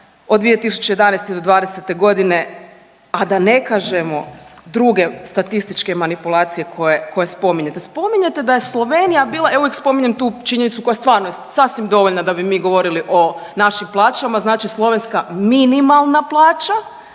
od 2011.-2020.g., a da ne kažemo druge statističke manipulacije koje spominjete. Spominjete da je Slovenija bila, ja uvijek spominjem tu činjenicu koja je stvarno sasvim dovoljna da bi mi govorili o našim plaćama, znači slovenska minimalna plaća